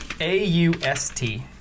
A-U-S-T